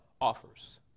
offers